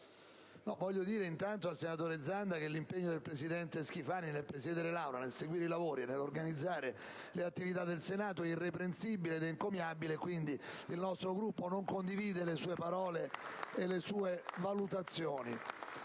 faccio presente al senatore Zanda che l'impegno del presidente Schifani nel presiedere l'Aula, nel seguire i lavori e nell'organizzare le attività del Senato è irreprensibile ed encomiabile. Pertanto, il nostro Gruppo non condivide le parole del senatore